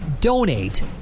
donate